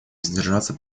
воздержаться